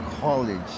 college